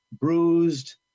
bruised